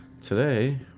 Today